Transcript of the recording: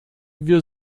wir